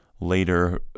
later